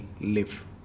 live